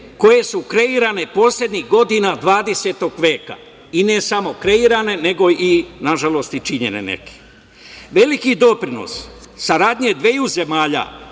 koje su kreirane poslednjih godina 20. veka, ne samo kreirane, nego nažalost i činjene neke. Veliki doprinos saradnje dveju zemalja